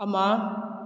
ꯑꯃ